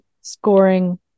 scoring